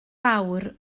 fawr